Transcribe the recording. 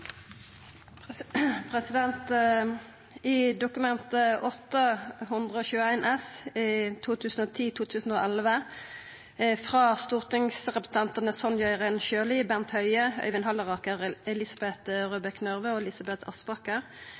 refererte til. I Dokument 8:121 S for 2010–2011 frå stortingsrepresentantane Sonja Irene Sjøli, Bent Høie, Øyvind Halleraker, Elisabeth Røbekk Nørve og